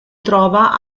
trova